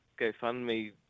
GoFundMe